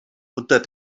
unter